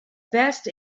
best